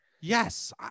Yes